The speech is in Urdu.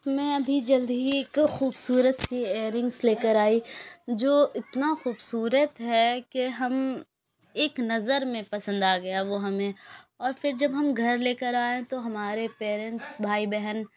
میں ابھی جلد ہی ایک خوبصورت سی ایرنگس لے کر آئی جو اتنا خوبصورت ہے کہ ہم ایک نظر میں پسند آ گیا وہ ہمیں اور پھر جب ہم گھر لے کر آئے تو ہمارے پیرینٹس بھائی بہن